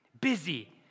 Busy